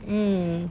mm